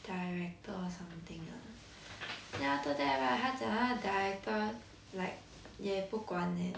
director or something ah then after that right 他讲他 director like 也不管 leh